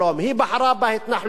היא בחרה בהתנחלויות.